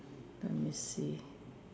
let me see